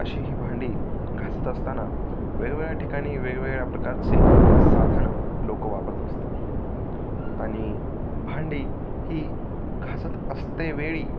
अशी ही भांडी घासत असताना वेगवेगळ्या ठिकाणी वेगवेगळ्या प्रकारचे साधनं लोक वापरत असतात आणि भांडी ही घासत असतेवेळी